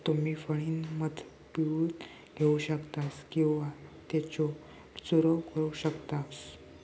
तुम्ही फणीनं मध पिळून घेऊ शकतास किंवा त्येचो चूरव करू शकतास